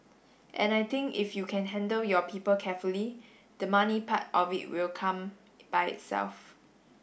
and I think if you can handle your people carefully the money part of it will come by itself